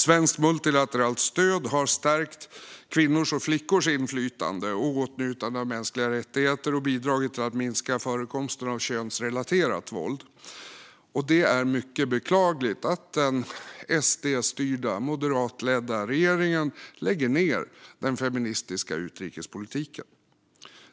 Svenskt multilateralt stöd har stärkt kvinnors och flickors inflytande och åtnjutande av mänskliga rättigheter och bidragit till att minska förekomsten av könsrelaterat våld. Det är mycket beklagligt att den SD-styrda, moderatledda regeringen lägger ned den feministiska utrikespolitiken.